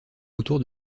autour